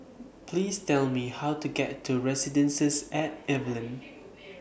Please Tell Me How to get to Residences At Evelyn